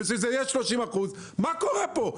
וכדי שזה יהיה 30%. מה קורה פה?